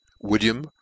William